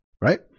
Right